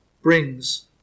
brings